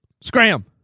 Scram